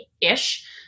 ish